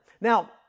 Now